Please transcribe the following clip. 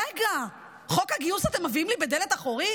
רגע, את חוק הגיוס אתם מביאים לי בדלת האחורית?